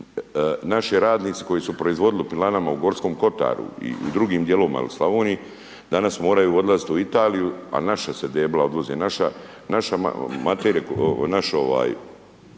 naši radnici koji su proizvodili u pilanama u Gorskom Kotaru i u drugim dijelovima il Slavoniji, danas moraju odlaziti u Italiju, a naša se debla odvoze, naš materijal, naše